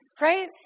right